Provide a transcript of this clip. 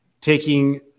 taking